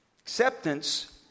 Acceptance